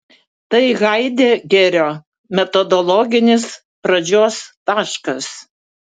tai haidegerio metodologinis pradžios taškas